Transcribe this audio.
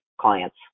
clients